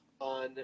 on